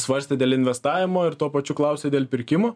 svarstė dėl investavimo ir tuo pačiu klausė dėl pirkimo